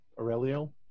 Aurelio